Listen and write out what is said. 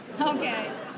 Okay